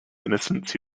innocence